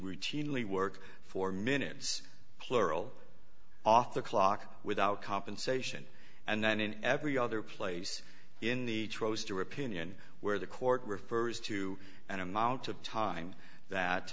routinely work for minutes plural off the clock without compensation and then in every other place in the trows to opinion where the court refers to an amount of time that